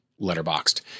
letterboxed